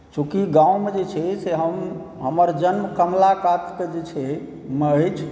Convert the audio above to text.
चूँकि गाममे जे छै से हम हमर जन्म कमला कातके जे छै माटि